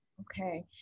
okay